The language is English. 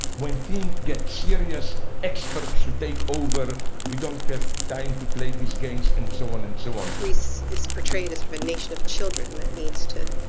when things get serious experts should take over. we don't have time to play these games and so on and so on. greece is portrayed as sort of a nation of children. that needs to